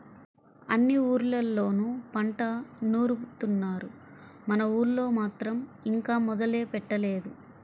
అన్ని ఊర్లళ్ళోనూ పంట నూరుత్తున్నారు, మన ఊళ్ళో మాత్రం ఇంకా మొదలే పెట్టలేదు